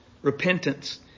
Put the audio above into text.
Repentance